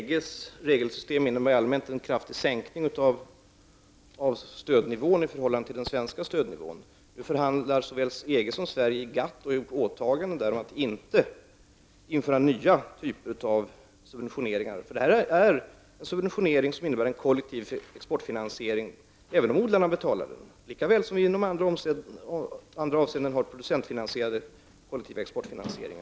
Herr talman! EGs regelsystem innebär allmänt en kraftig sänkning av stödnivån i förhållande till den svenska stödnivån. Nu förhandlar såväl länderna inom EG som Sverige om ett åtagande inom GATT att inte införa nya typer av subventioneringar. Detta är en subventionering som innebär en kollektiv exportfinansiering även när odlarna betalar likaväl som när vi har andra producentfinansierade kollektiva exportfinansiering.